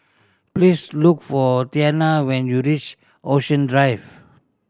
please look for Tianna when you reach Ocean Drive